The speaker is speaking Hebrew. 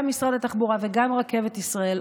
גם משרד התחבורה וגם רכבת ישראל,